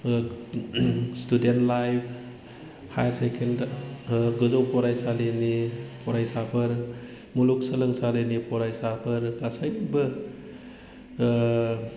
student life higher secondary गोजौ फरायसालिनि फरायसाफोर मुलुगसोलोंसालिनि फरायसाफोर गासैबो